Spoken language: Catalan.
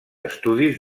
estudis